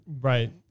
right